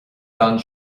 gan